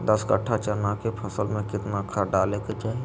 दस कट्ठा चना के फसल में कितना खाद डालें के चाहि?